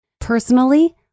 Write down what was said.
Personally